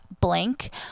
blank